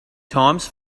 times